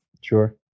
Sure